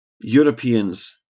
Europeans